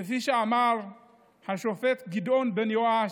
כפי שאמר השופט גדעון בן יואש,